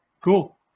Cool